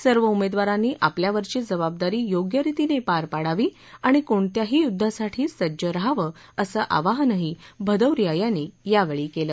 सर्व उमेदवारांनी आपली जबाबदारी योग्य रितीने पार पाडावी तसंच कोणत्याही युद्धासाठी सज्ज राहावं असं आवाहनही भदौरिया यांनी यावेळी केलं